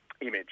image